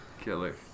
Killer